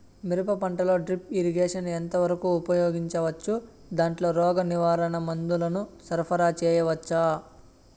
మిరప పంటలో drip irrigation ఎంత వరకు ఉపయోగించవచ్చు, దాంట్లో రోగ నివారణ మందుల ను సరఫరా చేయవచ్చా?